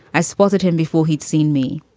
i spotted him before he'd seen me.